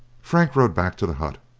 frank rode back to the hut.